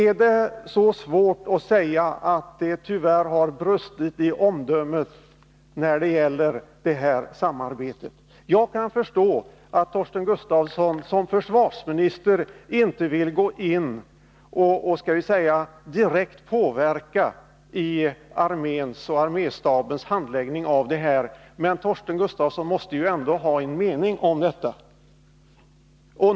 Är det så svårt att tillstå att det tyvärr har brustit i omdömet när det gäller detta samarbete? Jag kan förstå att Torsten Gustafsson som försvarsminister inte direkt vill påverka arméns och arméstabens handläggning i detta fall. Men Torsten Gustafsson måste ju ändå ha en egen mening i frågan.